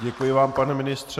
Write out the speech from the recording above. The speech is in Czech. Děkuji vám, pane ministře.